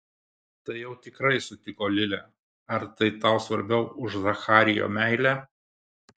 tai jau tikrai sutiko lilė ar tai tau svarbiau už zacharijo meilę